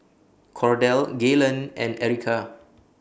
Cordell Gaylen and Erica